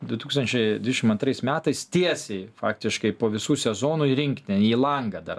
du tūkstančiai dvidešim antrais metais tiesiai faktiškai po visų sezonu į rinktinę į langą dar